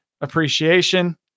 appreciation